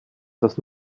das